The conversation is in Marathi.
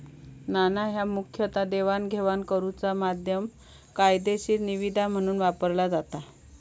नाणा ह्या मुखतः देवाणघेवाण करुचा माध्यम, कायदेशीर निविदा म्हणून वापरला जाता